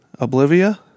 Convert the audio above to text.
oblivia